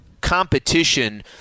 competition